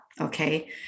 okay